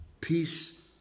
peace